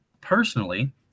personally